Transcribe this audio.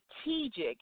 strategic